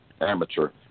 amateur